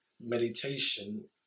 meditation